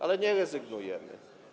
Ale nie rezygnujemy.